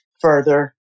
further